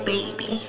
Baby